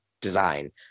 design